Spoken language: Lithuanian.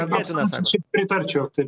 klausimu čia šiaip pritarčiau taip